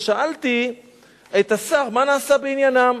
ושאלתי את השר מה נעשה בעניינם.